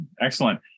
excellent